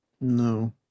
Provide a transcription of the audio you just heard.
No